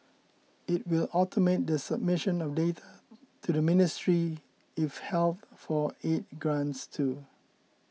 it will automate the submission of data to the Ministry if health for aid grants too